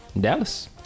dallas